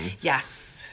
Yes